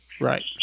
Right